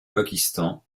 pakistan